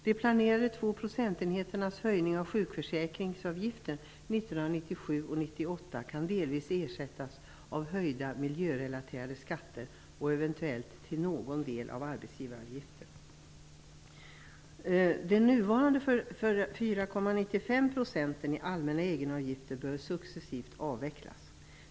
Den planerade höjningen av sjukförsäkringsavgiften med 2 procentenheter 1997 och 1998 kan delvis ersättas av höjda miljörelaterade skatter och eventuellt till någon del av arbetsgivaravgifter. De nuvarande 4,95 procenten i allmänna egenavgifter bör successivt avvecklas.